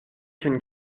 can